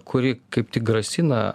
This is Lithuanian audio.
kuri kaip tik grasina